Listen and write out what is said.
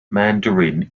mandarin